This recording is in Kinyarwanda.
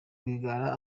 rwigara